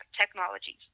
Technologies